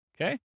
Okay